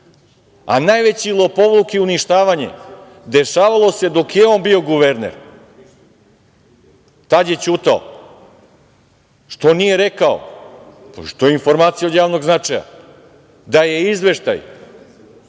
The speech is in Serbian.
a najveći lopovluk i uništavanje dešavalo se dok je on bio guverner. Tada je ćutao. Što nije rekao, to je informacija od javnog značaja, da je izveštaj